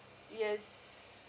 yes